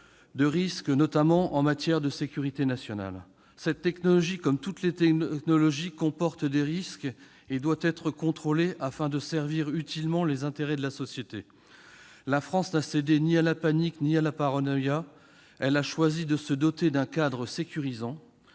de risques, notamment en matière de sécurité nationale. Comme toute technologie, la 5G emporte avec elle certains risques qu'il faut s'efforcer de contrôler, afin de servir utilement les intérêts de la société. La France n'a cédé ni à la panique ni à la paranoïa. Elle a choisi de se doter d'un cadre sécurisant.